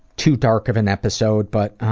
too dark of an episode, but,